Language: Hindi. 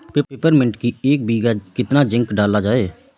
पिपरमिंट की एक बीघा कितना जिंक डाला जाए?